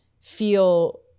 feel